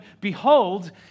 behold